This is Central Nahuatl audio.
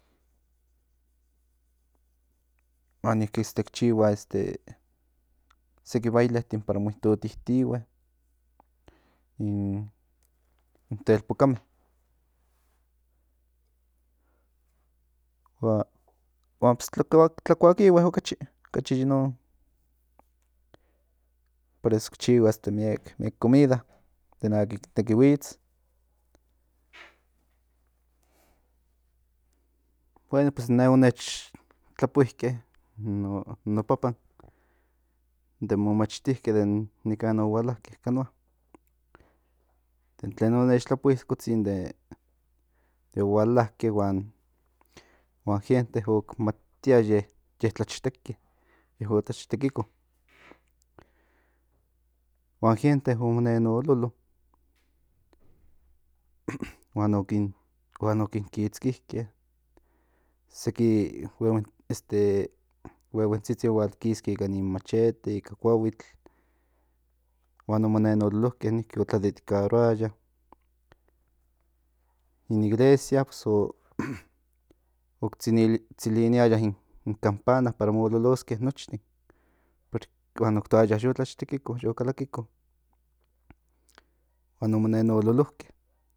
Huan niki ki chihua este seki bailetin para mo itotitihue in telpokame huan tla kuakihue okachi ocachi non por eso ki chihua miek tlakual akin ki neki huits bueno in ne o nech tlapuike in no papan nen mo machtike den nikan o hualake canoa de tlen o nech tlapui kotzin de o hualake huan gente oc matia ye tlachteke ye o tlachtekiko huan gente o mon nen ololo huan o kin kitskike seki huehuentsitsin hual kiske ikan nin machete ika kuahuitl huan o mo nen ololoke niki o tladedikaroaya in iglesia o tsiliniaya in campana para mo ololoske nochtin huan oc tocaya yo kalakito yo tlaktekiko huan o mo nen ololoke